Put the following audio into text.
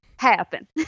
Happen